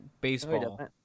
baseball